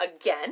again